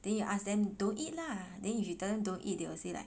then you ask them don't eat lah then if you tell them don't eat they will say like